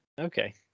Okay